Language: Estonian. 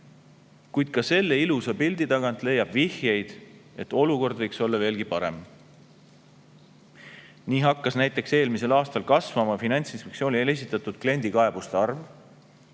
kuid ka selle ilusa pildi tagant leiab vihjeid, et olukord võiks olla veelgi parem. Nii hakkas näiteks eelmisel aastal kasvama Finantsinspektsioonile esitatud kliendikaebuste arv.